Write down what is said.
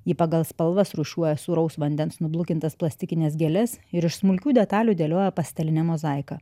ji pagal spalvas rūšiuoja sūraus vandens nublukintas plastikines gėles ir iš smulkių detalių dėlioja pastelinę mozaiką